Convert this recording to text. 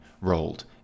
rolled